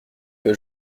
que